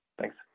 Thanks